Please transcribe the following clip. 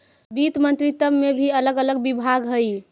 वित्त मंत्रित्व में भी अलग अलग विभाग हई